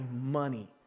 money